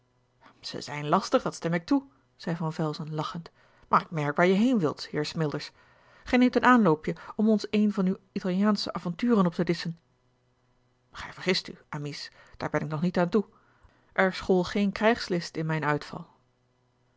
ze zijn lastig dat stem ik toe zei van velzen lachend maar ik merk waar je heen wilt heer smilders gij neemt een aanloopje om ons een van uw italiaansche avonturen op te disschen gij vergist u amice daar ben ik nog niet aan toe er school geen krijgslist in mijn uitval